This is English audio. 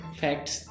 facts